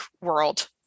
world